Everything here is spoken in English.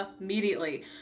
immediately